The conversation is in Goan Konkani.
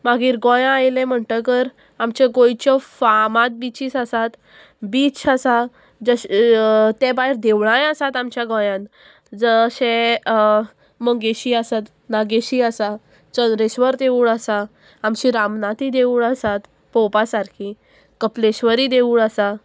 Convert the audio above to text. मागीर गोंया आयलें म्हणटकर आमच्यो गोंयच्यो फामाद बिचीस आसात बीच आसा जशे ते भायर देवळांय आसात आमच्या गोंयान जशे मंगेशी आसात नागेशी आसा चंद्रेश्वर देवूळ आसा आमची रामनाथी देवूळ आसात पळोवपा सारकी कपलेश्री देवूळ आसा